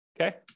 okay